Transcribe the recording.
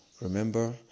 Remember